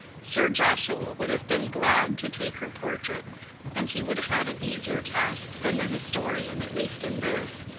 sir joshua would have been glad to take her portrait and he would have had an easier task than the historian at least in this,